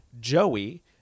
Joey